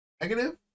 Negative